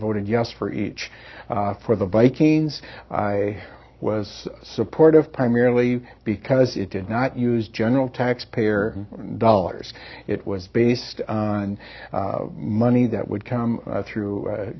voted yes for each for the vikings i was supportive primarily because it did not use general taxpayer dollars it was based on money that would come through